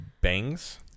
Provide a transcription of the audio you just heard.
Bangs